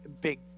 big